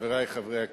חברי חברי הכנסת,